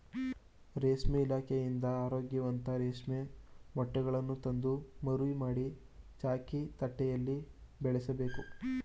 ರೇಷ್ಮೆ ಇಲಾಖೆಯಿಂದ ಆರೋಗ್ಯವಂತ ರೇಷ್ಮೆ ಮೊಟ್ಟೆಗಳನ್ನು ತಂದು ಮರಿ ಮಾಡಿ, ಚಾಕಿ ತಟ್ಟೆಯಲ್ಲಿ ಬೆಳೆಸಬೇಕು